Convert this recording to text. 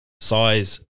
Size